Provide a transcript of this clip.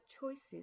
choices